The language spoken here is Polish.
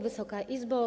Wysoka Izbo!